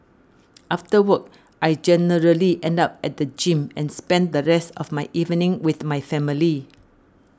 after work I generally end up at the gym and spend the rest of my evening with my family